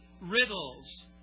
riddles